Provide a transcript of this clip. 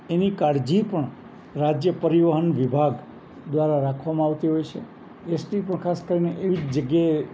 એની કાળજી પણ રાજ્ય પરિવહન વિભાગ દ્વારા રાખવામાં આવતી હોય છે એસટી પણ ખાસ કરીને એવી જ જગ્યાએ